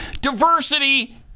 diversity